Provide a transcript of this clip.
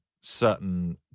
certain